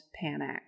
panic